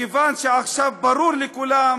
מכיוון שעכשיו ברור לכולם